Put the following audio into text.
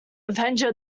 avenger